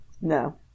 No